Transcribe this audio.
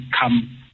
come